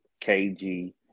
KG